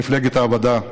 מפלגת העבודה,